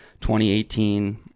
2018